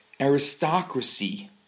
aristocracy